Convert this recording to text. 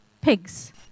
pigs